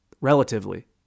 Relatively